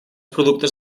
productes